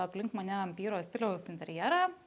aplink mane ampyro stiliaus interjerą